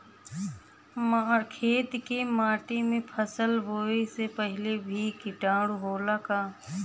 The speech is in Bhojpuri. खेत के माटी मे फसल बोवे से पहिले भी किटाणु होला का?